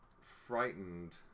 frightened